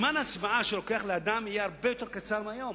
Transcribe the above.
זמן ההצבעה לאדם יהיה הרבה יותר קצר מהזמן היום.